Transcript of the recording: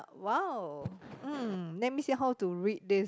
!wow! mm let me see how to read this